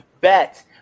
Bet